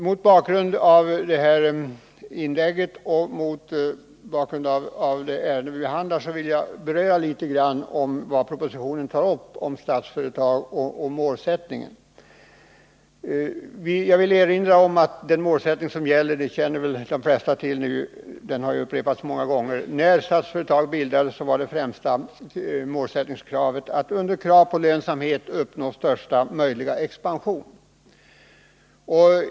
Mot bakgrund av detta inlägg och mot bakgrund av det ärende som vi nu behandlar vill jag något beröra vad propositionen tar upp beträffande Statsföretags målsättning. Jag vill erinra om att när Statsföretag bildades var målsättningen — och den känner väl alla till, eftersom den har upprepats så många gånger — att under krav på lönsamhet uppnå största möjliga expansion.